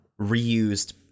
reused